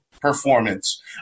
Performance